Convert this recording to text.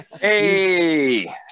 hey